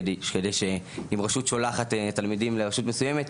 אם רשות שולחת תלמידים לרשות מסוימת,